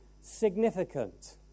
significant